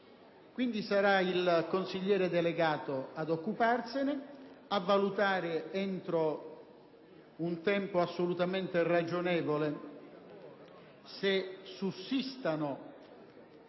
Quindi, sarà il consigliere delegato ad occuparsene, a valutare entro un tempo assolutamente ragionevole se sussistano